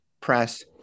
press